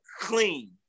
clean